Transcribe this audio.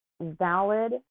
valid